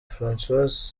francois